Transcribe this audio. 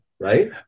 Right